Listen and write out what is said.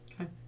Okay